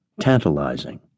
tantalizing